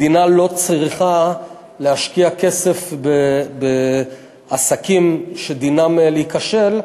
מדינה לא צריכה להשקיע כסף בעסקים שדינם להיכשל,